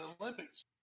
Olympics